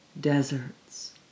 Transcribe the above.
deserts